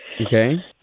Okay